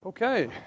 Okay